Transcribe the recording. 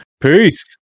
Peace